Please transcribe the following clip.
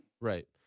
Right